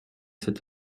cet